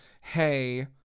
hey